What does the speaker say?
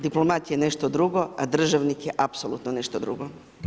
Diplomat je nešto drugo, a državnik je apsolutno nešto drugo.